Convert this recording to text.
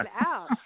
out